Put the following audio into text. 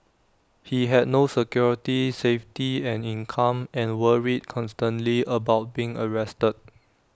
he had no security safety and income and worried constantly about being arrested